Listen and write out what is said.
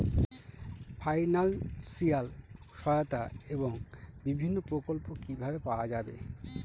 Financial সহায়তা এবং বিভিন্ন প্রকল্প কিভাবে পাওয়া যাবে?